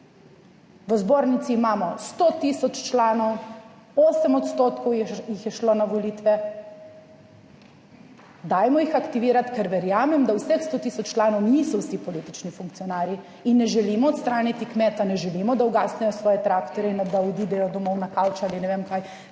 V zbornici imamo 100 tisoč članov, 8 % jih je šlo na volitve, dajmo jih aktivirati, ker verjamem, da vseh 100 tisoč članov niso vsi politični funkcionarji in ne želimo odstraniti kmeta, ne želimo, da ugasnejo svoje traktorje, da odidejo domov na kavč ali ne vem kaj